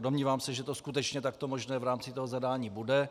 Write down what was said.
Domnívám se, že to skutečně takto možné v rámci toho zadání bude.